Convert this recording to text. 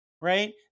right